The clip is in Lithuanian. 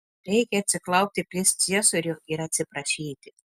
reikia atsiklaupti prieš ciesorių ir atsiprašyti